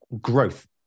growth